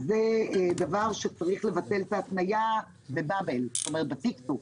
צריך לבטל את ההפניה ב-באבלס ובתיק-תק,